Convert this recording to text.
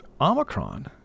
Omicron